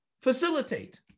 facilitate